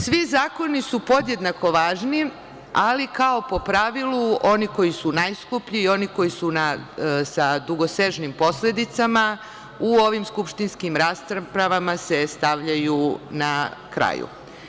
Svi zakoni su podjednako važni, ali kao po pravilu oni koji su najskuplji i oni koji su sa dugosežnim posledicama u ovim skupštinskim raspravama se stavljaju na kraju.